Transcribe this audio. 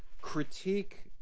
Critique